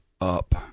up